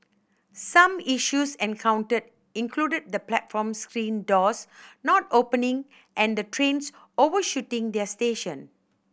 some issues encountered included the platform screen doors not opening and the trains overshooting their station